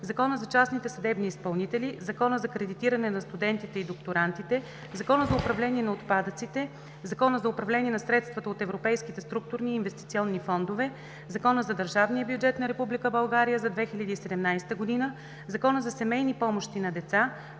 Закона за частните съдебни изпълнители, Закона за кредитиране на студентите и докторантите, Закона за управление на отпадъците, Закона за управление на средствата от европейските структурни и инвестиционни фондове, Закона за държавния бюджет на Република България за 2017 г., Закона за семейни помощи на деца,